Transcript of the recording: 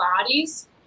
bodies